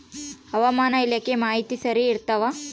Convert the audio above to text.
ಹವಾಮಾನ ಇಲಾಖೆ ಮಾಹಿತಿ ಸರಿ ಇರ್ತವ?